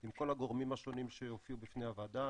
עם כל הגורמים השונים שהופיעו בפני הוועדה,